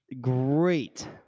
great